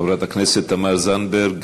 חברת הכנסת תמר זנדברג,